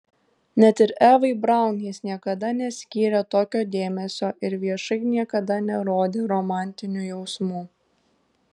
net ir evai braun jis niekada neskyrė tokio dėmesio ir viešai niekada nerodė romantinių jausmų